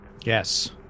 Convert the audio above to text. Yes